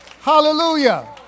Hallelujah